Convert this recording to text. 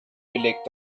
belegt